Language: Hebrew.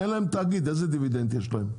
אין להם תאגיד איזה דיבידנד יש להם?